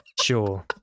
Sure